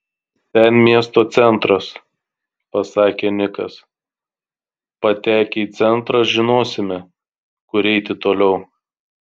ten miesto centras pasakė nikas patekę į centrą žinosime kur eiti toliau